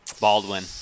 Baldwin